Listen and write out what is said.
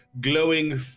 glowing